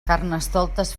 carnestoltes